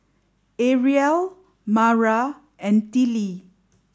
Arielle Mara and Tillie